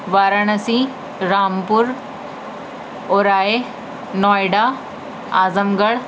Varanasi Rampur Orai Noida Azam Garh